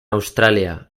austràlia